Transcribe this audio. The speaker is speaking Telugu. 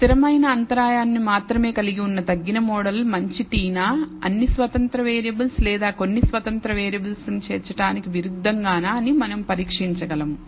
స్థిరమైన అంతరాయాన్ని మాత్రమే కలిగి ఉన్న తగ్గిన మోడల్ మంచి t నా అన్ని స్వతంత్ర వేరియబుల్స్ లేదా కొన్ని స్వతంత్ర వేరియబుల్ ను చేర్చడానికి విరుద్ధంగానా అని మనం పరీక్షించగలము